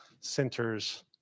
centers